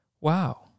Wow